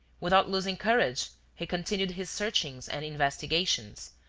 without losing courage, he continued his searchings and investigations,